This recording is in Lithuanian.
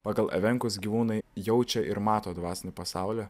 pagal evenkus gyvūnai jaučia ir mato dvasinį pasaulį